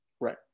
Right